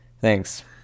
Thanks